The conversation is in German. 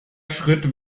schritt